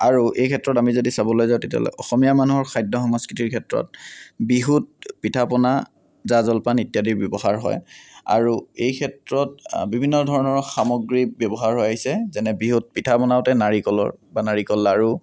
আৰু এইক্ষেত্ৰত আমি যদি চাবলৈ যাওঁ তেতিয়া অসমীয়া মানুহৰ খাদ্য সংস্কৃতিৰ ক্ষেত্ৰত বিহুত পিঠা পনা জা জলপান ইত্যাদি ব্যৱহাৰ হয় আৰু এইক্ষেত্ৰত বিভিন্ন ধৰণৰ সামগ্ৰী ব্যৱহাৰ হৈ আহিছে যেনে বিহুত পিঠা বনাওতে নাৰিকলৰ বা নাৰিকল লাড়ু